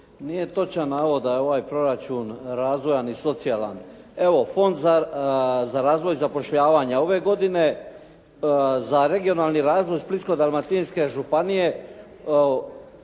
Nije točan navod da je ovaj proračun razvojan i socijalan. Evo Ffond za razvoj zapošljavanja ove godine za regionalni razvoj Splitsko-dalmatinske županije